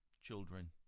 children